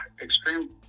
extreme